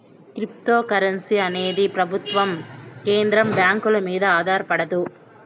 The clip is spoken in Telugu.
క్రిప్తోకరెన్సీ అనేది ప్రభుత్వం కేంద్ర బ్యాంకుల మీద ఆధారపడదు